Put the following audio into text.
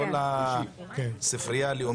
לא לספרייה הלאומית.